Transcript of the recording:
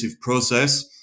process